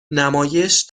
نمایش